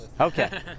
Okay